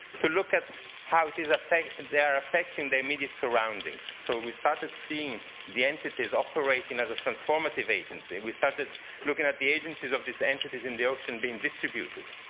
to look at how it is and they're affecting their immediate surroundings. so we started seeing the entities operating as a transformative agency, and we started looking at the agencies of these entities in the ocean being distributed.